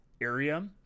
area